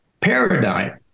paradigm